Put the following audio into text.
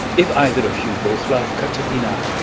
if either of you both love katherina,